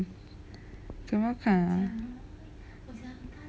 怎么看啊